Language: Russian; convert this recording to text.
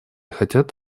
хотят